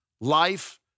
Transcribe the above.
life